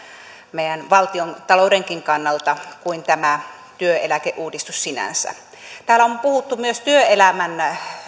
meidän valtiontaloudenkin kannalta kuin tämä työeläkeuudistus sinänsä täällä on puhuttu myös työelämän